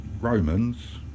Romans